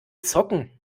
zocken